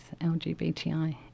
LGBTI